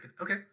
Okay